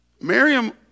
Miriam